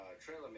trailer